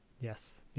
Yes